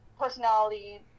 personality